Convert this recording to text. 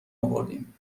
آوردیم